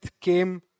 came